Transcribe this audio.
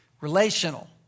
relational